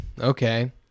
okay